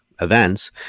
events